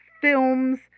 films